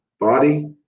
body